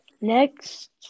next